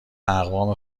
اقوام